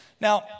Now